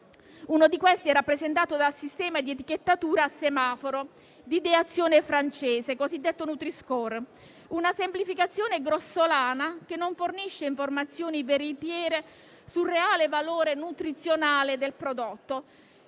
Uno di questi è rappresentato dal sistema di etichettatura a semaforo di ideazione francese, cosiddetto nutri-score: una semplificazione grossolana che non fornisce informazioni veritiere sul reale valore nutrizionale del prodotto.